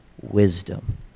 Wisdom